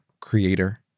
creator